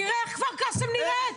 תראה איך כפר קאסם נראית.